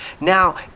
now